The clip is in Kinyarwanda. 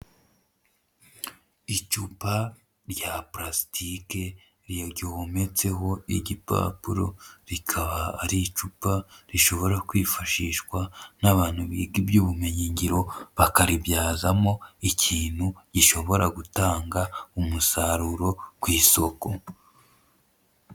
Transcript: Icupa rya pulasitike ryometseho igipapuro rikaba ari icupa rishobora kwifashishwa n'abantu biga iby'ubumenyi ngiro, bakaribyazamo ikintu gishobora gutanga umusaruro ku isoko.